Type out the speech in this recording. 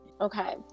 Okay